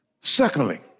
Secondly